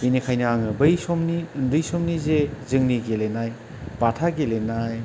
बेनिखायनो आङो बै समनि उन्दै समनि जे जोंनि गेलेनाय बाथा गेलेनाय